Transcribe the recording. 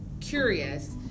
curious